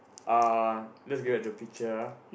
uh let's look at the picture ah